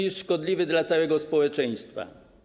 Jest szkodliwy dla całego społeczeństwa.